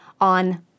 on